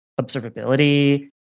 observability